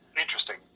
Interesting